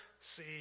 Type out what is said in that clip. see